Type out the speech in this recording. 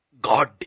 God